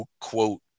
quote